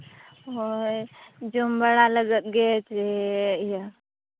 ᱦᱳᱭ ᱡᱚᱢ ᱵᱟᱲᱟ ᱞᱟᱜᱟᱫ ᱜᱮ ᱪᱮ ᱤᱭᱟᱹ